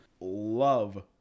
love